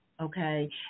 Okay